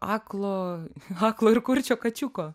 aklo aklo ir kurčio kačiuko